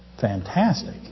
Fantastic